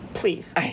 Please